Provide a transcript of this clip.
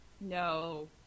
No